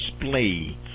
display